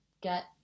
get